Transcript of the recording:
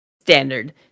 standard